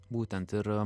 būtent ir